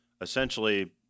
essentially